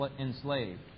enslaved